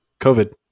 COVID